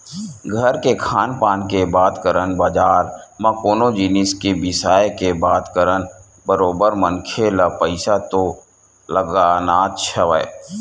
घर के खान पान के बात करन बजार म कोनो जिनिस के बिसाय के बात करन बरोबर मनखे ल पइसा तो लगानाच हवय